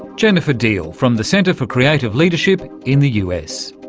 jennifer deal from the center for creative leadership in the us.